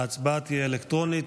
ההצבעה תהיה אלקטרונית.